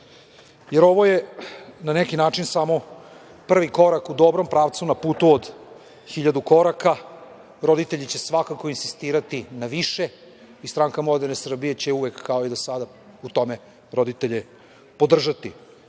Jer, ovo je na neki način, samo prvi korak u dobrom pravcu na putu od hiljadu koraka, roditelji će svakako insistirati na više i Stranka moderne Srbije, će uvek kao i do sada u tome roditelje podržati.U